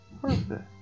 Perfect